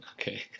Okay